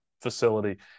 facility